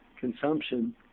consumption